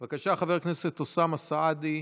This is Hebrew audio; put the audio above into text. בבקשה, חבר הכנסת אוסאמה סעדי,